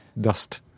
dust